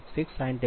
8 p